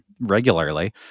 regularly